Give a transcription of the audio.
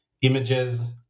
images